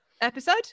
episode